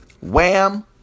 wham